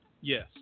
Yes